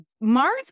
mars